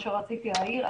מה שרציתי להעיר.